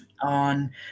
on